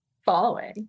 following